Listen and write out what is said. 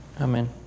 Amen